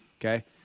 okay